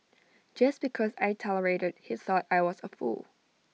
just because I tolerated he thought I was A fool